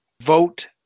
vote